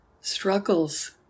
struggles